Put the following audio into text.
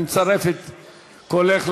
אני מצרף את קולך,